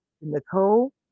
nicole